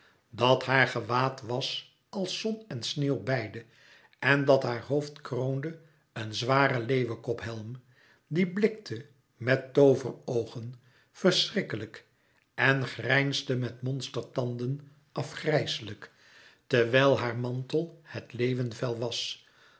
dat haar gewaad was als zon en sneeuw beide en dat haar hoofd kroonde een zware leeuwenkophelm die blikte met tooveroogen verschrikkelijk en grijnsde met monstertanden afgrijselijk terwijl haar mantel het leeuwenvel was